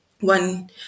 one